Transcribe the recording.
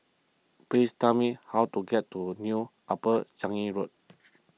please tell me how to get to New Upper Changi Road